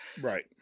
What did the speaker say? Right